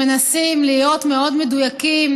שבו אנחנו מנסים להיות מאוד מדויקים